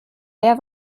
wer